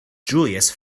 julius